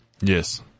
Yes